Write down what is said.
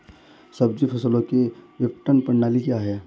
सब्जी फसलों की विपणन प्रणाली क्या है?